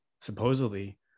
supposedly